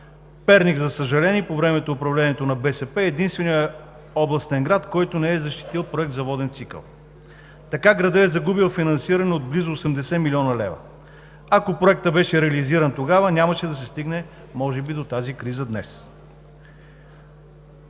Перник, за съжаление, и по времето на управлението на БСП е единственият областен град, който не е защитил проект за воден цикъл. Така градът е загубил финансиране от близо 80 млн. лв. Ако проектът беше реализиран тогава, нямаше да се стигне може би до тази криза днес.